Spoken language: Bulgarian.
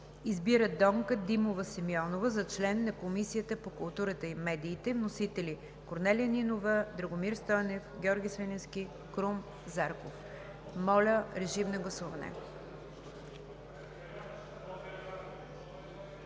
Избира Донка Димова Симеонова за член на Комисията по културата и медиите.“ Вносители: Корнелия Нинова, Драгомир Стойнев, Георги Свиленски и Крум Зарков. Моля, режим на гласуване.